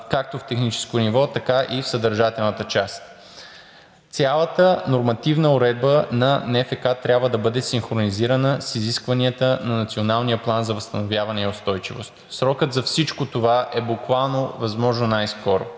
както в техническо ниво, така и в съдържателната част. Цялата нормативна уредба на НФК трябва да бъде синхронизирана с изискванията на Националния план за възстановяване и устойчивост. Срокът за всичко това е буквално възможно най-скоро,